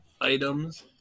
Items